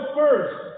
first